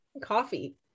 coffee